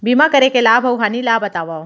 बीमा करे के लाभ अऊ हानि ला बतावव